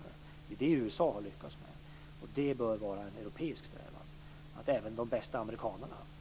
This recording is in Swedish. Det är det USA har lyckats med, och det bör vara en europeisk strävan att även de bästa amerikanarna kommer hit.